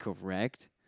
correct